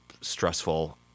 stressful